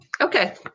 Okay